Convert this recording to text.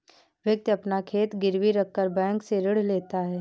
व्यक्ति अपना खेत गिरवी रखकर बैंक से ऋण लेता है